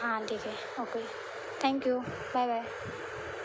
हां ठीक आहे ओके थँक्यू बाय बाय